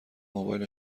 موبایل